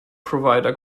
provider